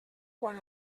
quan